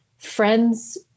Friends